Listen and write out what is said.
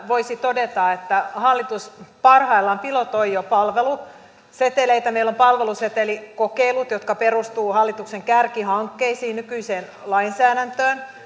voisi todeta että hallitus parhaillaan pilotoi jo palveluseteleitä meillä on palvelusetelikokeilut jotka perustuvat hallituksen kärkihankkeisiin nykyiseen lainsäädäntöön